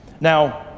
Now